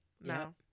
No